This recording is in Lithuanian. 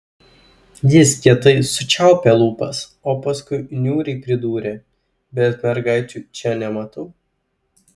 jis kietai sučiaupė lūpas o paskui niūriai pridūrė bet mergaičių čia nematau